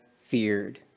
feared